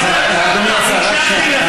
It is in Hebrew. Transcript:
אני הקשבתי לך.